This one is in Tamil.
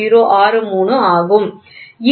08063 ஆகும்